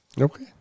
Okay